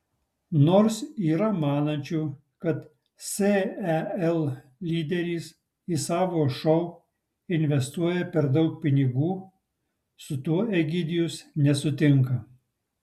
nors yra manančių kad sel lyderis į savo šou investuoja per daug pinigų su tuo egidijus nesutinka